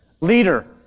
leader